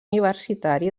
universitari